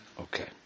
Okay